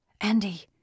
Andy